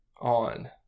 On